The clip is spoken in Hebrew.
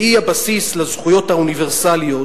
שהיא הבסיס לזכויות האוניברסליות,